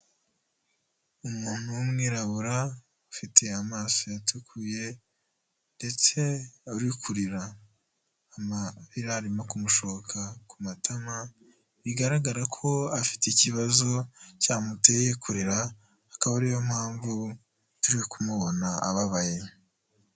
Umuntu w'umwirabura ufite amaso yatukuye ndetse uri kurira. Amarira arimo kumushoka ku matama, bigaragara ko afite ikibazo cyamuteye kurira, akaba ariyo mpamvu turi kumubona ababaye.